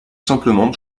simplement